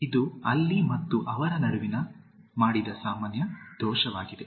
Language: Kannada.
ಇದು ಅಲ್ಲಿ ಮತ್ತು ಅವರ ನಡುವೆ ಮಾಡಿದ ಸಾಮಾನ್ಯ ದೋಷವಾಗಿದೆ